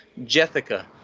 Jethica